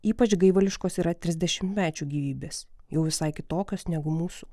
ypač gaivališkos yra trisdešimtmečių gyvybės jau visai kitokios negu mūsų